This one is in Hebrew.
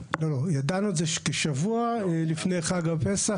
לא, לא, ידענו את זה כשבוע לפני חג הפסח.